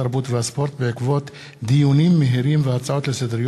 התרבות והספורט בעקבות דיון מהיר בהצעתם